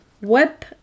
web